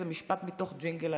זה משפט בתוך ג'ינגל הליכוד.